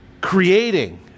creating